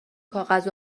کاغذ